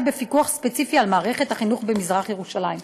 בפיקוח ספציפי על מערכת החינוך במזרח-ירושלים.